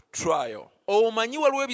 trial